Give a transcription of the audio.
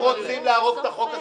הם רוצים להרוג את החוק הזה